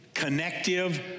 Connective